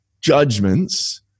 judgments